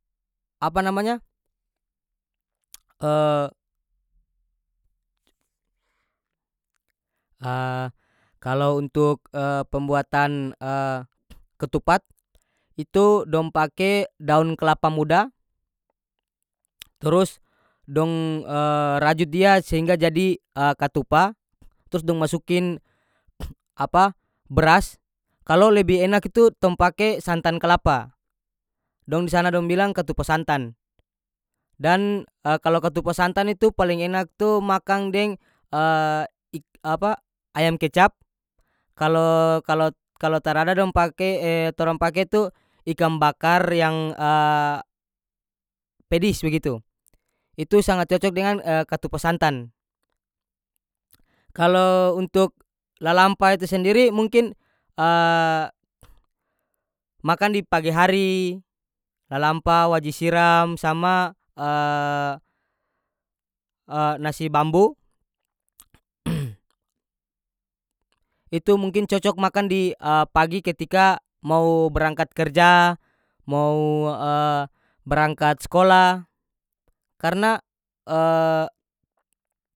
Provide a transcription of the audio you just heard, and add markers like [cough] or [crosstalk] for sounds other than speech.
Apa namanya [hesitation] [hesitation] kalau untuk [hesitation] pembuatan [hesitation] ketupat itu dong pake daun klapa muda turus dong [hesitation] rajut dia sehingga jadi [hesitation] katupa trus dong masukin [noise] apa bras kalo lebi enak itu tong pake santan klapa dong di sana dong bilang katupa santan dan [hesitation] kalo katupa santan itu paleng enak tu makang deng [hesitation] ik apa ayam kecap kalo kalo- kalo tarada dong pake [hesitation] torang pake tu ikang bakar yang [hesitation] pedis begitu itu sangat cocok dengan [hesitation] katupa santan kalo untuk lalampa itu sendiri mungkin [hesitation] makan di pagi hari lalampa waji siram sama [hesitation] [hesitation] nasi bambu [noise] itu mungkin cocok makan di [hesitation] pagi ketika mau berangkat kerja mou [hesitation] berangkat skolah karena. [hesitation]